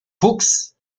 fuchs